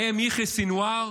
ובהם יחיא סנוואר,